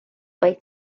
vaid